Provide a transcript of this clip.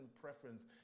preference